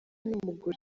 n’umugore